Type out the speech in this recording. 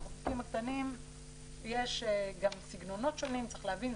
לבקבוקים הקטנים יש גם סגנונות שונים צריך להבין,